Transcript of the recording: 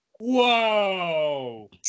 Whoa